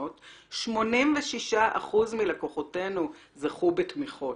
העיזבונות לשעבר " 86% מלקוחותינו זכו בתמיכות.